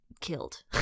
killed